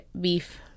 beef